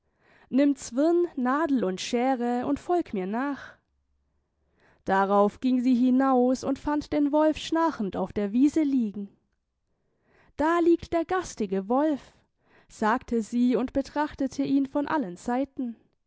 nimm zwirn nadel und scheere und folg mir nach darauf ging sie hinaus und fand den wolf schnarchend auf der wiese liegen da liegt der garstige wolf sagte sie und betrachtete ihn von allen seiten